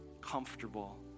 comfortable